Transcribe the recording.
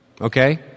okay